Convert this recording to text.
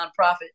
nonprofit